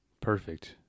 Perfect